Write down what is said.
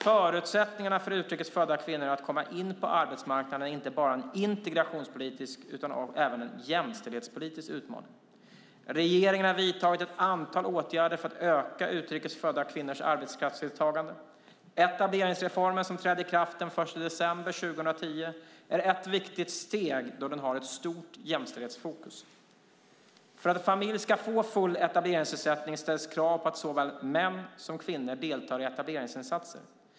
Förutsättningarna för utrikesfödda kvinnor att komma in på arbetsmarknaden är inte bara en integrationspolitisk utan även en jämställdhetspolitisk utmaning. Regeringen har vidtagit ett antal åtgärder för att öka utrikesfödda kvinnors arbetskraftsdeltagande. Etableringsreformen, som trädde i kraft den 1 december 2010, är ett viktigt steg då den har ett stort jämställdhetsfokus. För att en familj ska få full etableringsersättning ställs krav på att såväl män som kvinnor deltar i etableringsinsatser.